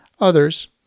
Others